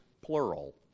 plural